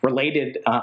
related